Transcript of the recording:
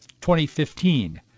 2015